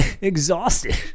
exhausted